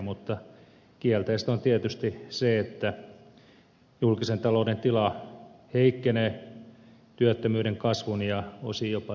mutta kielteistä on tietysti se että julkisen talouden tila heikkenee työttömyyden kasvun ja osin jopa sitten elvytyskustannustenkin myötä